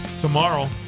tomorrow